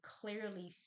clearly